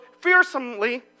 fearsomely